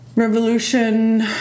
revolution